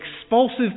Expulsive